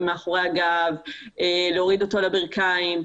להוריד אותו על הברכיים.